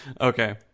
Okay